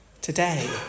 Today